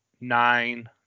nine